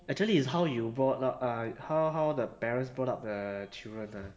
actually it's how you brought up uh how how the parents brought up the children lah